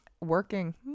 Working